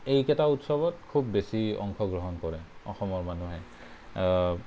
এইকেইটা উৎসৱত খুব বেছি অংশগ্ৰহণ কৰে অসমৰ মানুহে